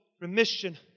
remission